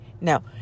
Now